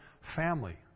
family